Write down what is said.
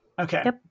okay